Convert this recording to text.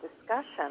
discussion